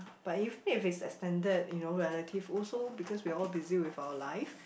but even if it's extended you know relative also because we're all busy with our life